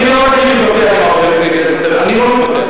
אני לא רגיל להתווכח, אני לא מתווכח.